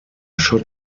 should